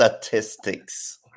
statistics